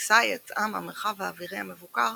הטיסה יצאה מהמרחב האווירי המבוקר